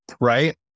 Right